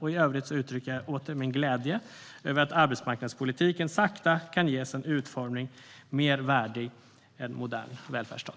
I övrigt uttrycker jag åter min glädje över att arbetsmarknadspolitiken sakta kan ges en utformning mer värdig en modern välfärdsstat.